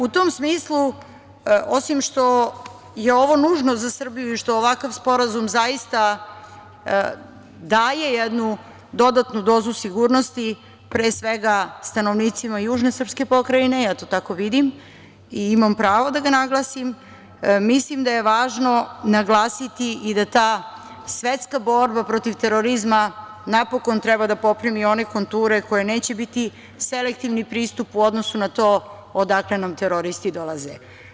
U tom smislu osim što je ovo nužno za Srbiju i što ovakav sporazum zaista daje jednu dodatnu dozu sigurnosti pre svega stanovnicima južne srpske pokrajine, ja to tako vidim i imam pravo da ga naglasim, mislim da je važno naglasiti i da ta svetska borba protiv terorizma napokon treba da poprimi one konture koje neće biti selektivni pristup u odnosu na to odakle nam teroristi dolaze.